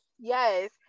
yes